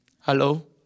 Hello